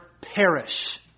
perish